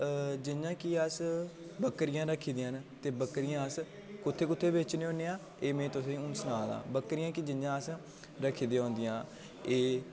अ जि'यां की अस बक्करियां रखी दियां न ते बक्करियां अस कु'त्थें कु'त्थें बेचने होने आं एह् में तुसें हून सनाऽ दा बक्करी कि जि'यां अस रखी दियां होन्दियां